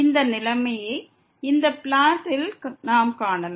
இந்த நிலைமையை இந்த பிளாட் இல் நாம் காணலாம்